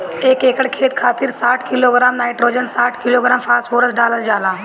एक एकड़ खेत खातिर साठ किलोग्राम नाइट्रोजन साठ किलोग्राम फास्फोरस डालल जाला?